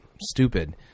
stupid